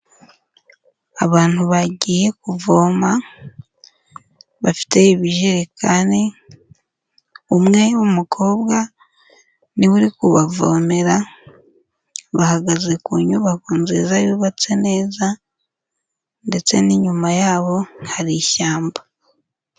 Abantu bagiye kuvoma bafite ibijerekani, umwe w'umukobwa niwe uri kubavomera, bahagaze ku nyubako nziza yubatse neza ndetse n'inyuma yabo hari ishyamba.